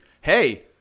hey